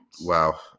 Wow